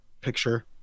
Picture